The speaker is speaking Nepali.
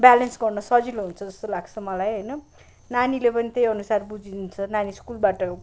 ब्यालेन्स गर्नु सजिलो हुन्छ जस्तो लाग्छ मलाई होइन नानीले पनि त्यही अनुसार बुझिदिन्छ नानी स्कुलबाट